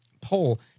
poll